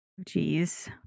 Jeez